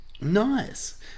Nice